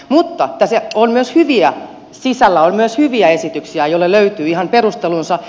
mutta tässä sisällä on myös hyviä esityksiä joille löytyy ihan perustelunsa